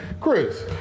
Chris